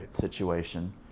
situation